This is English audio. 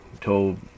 told